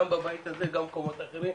גם בבית הזה וגם במקומות אחרים,